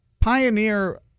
Pioneer